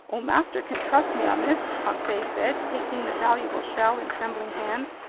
oh, master can trust me on this, conseil said, taking the valuable shell in trembling hands,